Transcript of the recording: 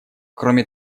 кроме